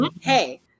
hey